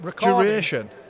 Duration